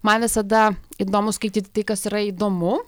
man visada įdomu skaityti tai kas yra įdomu